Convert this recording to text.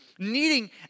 Needing